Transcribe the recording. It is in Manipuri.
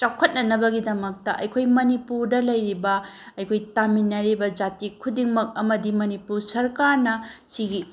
ꯆꯥꯎꯈꯠꯅꯅꯕꯒꯤꯗꯃꯛꯇ ꯑꯩꯈꯣꯏ ꯃꯅꯤꯄꯨꯔꯗ ꯂꯩꯔꯤꯕ ꯑꯩꯈꯣꯏ ꯇꯥꯃꯤꯟꯅꯔꯤꯕ ꯖꯥꯇꯤ ꯈꯨꯗꯤꯡꯃꯛ ꯑꯃꯗꯤ ꯃꯅꯤꯄꯨꯔ ꯁꯔꯀꯥꯔꯅ ꯁꯤꯒꯤ